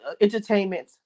entertainment